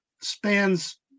spans